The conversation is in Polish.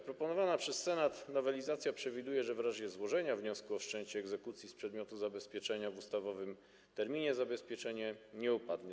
Proponowana przez Senat nowelizacja przewiduje, że w razie złożenia wniosku o wszczęcie egzekucji z przedmiotu zabezpieczenia w ustawowym terminie zabezpieczenie nie upadnie.